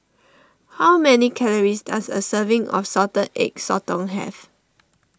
how many calories does a serving of Salted Egg Sotong have